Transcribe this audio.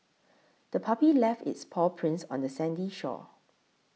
the puppy left its paw prints on the sandy shore